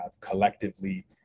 collectively